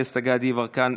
דסטה גדי יברקן,